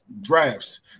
Drafts